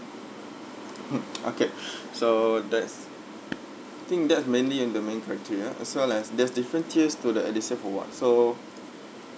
mm okay so that's think that's mainly in the main criteria as well as there's different tiers to the edusave award so